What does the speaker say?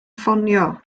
ffonio